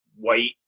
white